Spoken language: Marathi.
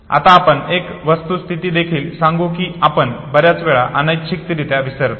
आत्ता आपण एक वस्तुस्थिती देखील सांगू की आपण बर्याच वेळा अनैच्छिकरित्या विसरतो